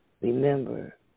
Remember